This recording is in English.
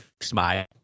smile